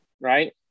right